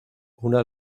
una